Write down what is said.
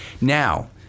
Now